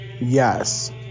Yes